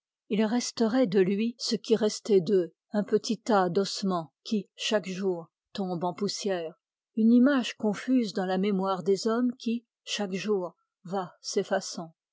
ils resterait de lui ce qui restait d'eux un petit tas d'ossements qui chaque jour tombe en poussière une image confuse dans la mémoire des hommes qui chaque jour va s'effaçant